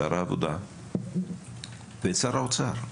שר העבודה ואת שר האוצר.